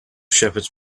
shepherds